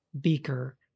beaker